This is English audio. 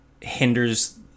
hinders